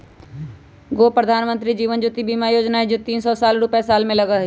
गो प्रधानमंत्री जीवन ज्योति बीमा योजना है तीन सौ तीस रुपए साल में लगहई?